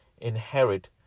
inherit